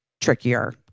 trickier